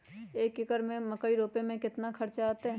एक एकर में मकई रोपे में कितना खर्च अतै?